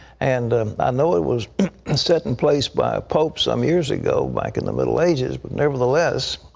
and i know it was set in place by a pope some years ago back in the middle ages, but nevertheless,